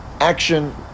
action